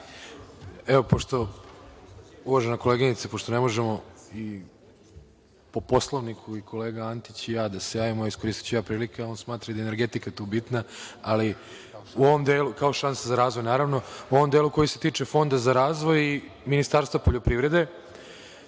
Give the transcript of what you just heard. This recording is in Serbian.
Nedimović** Uvažena koleginice, pošto ne možemo i po Poslovniku i kolega Antić i ja da se javimo, iskoristiću ja priliku. On smatra da je i energetika tu bitna kao šansa za razvoj, naravno.U ovom delu koji se tiče Fonda za razvoj i Ministarstva poljoprivrede,